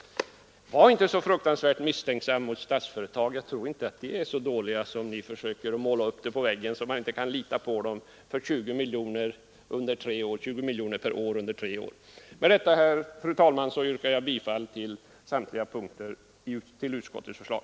Var inte så fruktansvärt misstänksam mot Statsföretag! Jag tror inte att företaget är så dåligt att man inte kan lita på det för 20 miljoner kronor per år under tre år, som ni försöker måla ut det. Med detta yrkar jag, fru talman, bifall till vad utskottet hemställt på samtliga punkter.